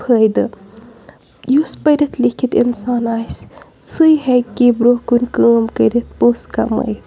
فٲیِدٕ یُس پٔرِتھ لیکھِتھ اِنسان آسہِ سُے ہیٚکہِ برونٛہہ کُن کٲم کٔرِتھ پونٛسہٕ کَمٲیِتھ